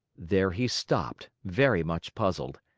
there he stopped, very much puzzled.